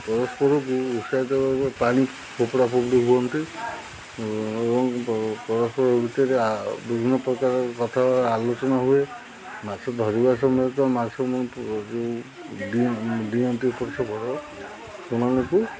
ପରସ୍ପରକୁ ଉତ୍ସାହିତ ପାଣି ଫୋପଡ଼ା ଫୋପଡ଼ି ହୁଅନ୍ତି ଏବଂ ପରସ୍ପର ଭିତରେ ବିଭିନ୍ନ ପ୍ରକାର କଥା ଆଲୋଚନା ହୁଏ ମାଛ ଧରିବା ସମୟତ ମାସ ଯେଉଁ ଡିଅନ୍ତି ଏପଟ ସେପଟ ସେମାନଙ୍କୁ